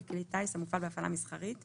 בכלי טיס - המופעל בהפעלה מסחרית,